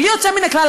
בלי יוצא מן הכלל,